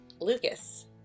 Lucas